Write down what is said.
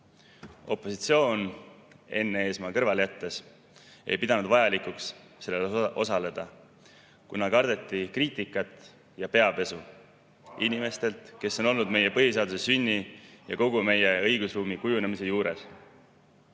Opositsioon, kui Enn Eesmaa kõrvale jätta, ei pidanud vajalikuks selles osaleda, kuna kardeti kriitikat ja peapesu inimestelt, kes on olnud meie põhiseaduse sünni ja kogu meie õigusruumi kujunemise juures.